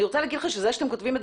אני רוצה להגיד לכם שזה שאתם כותבים את